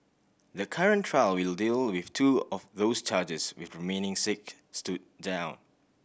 the current trial will deal with two of those charges with remaining six stood down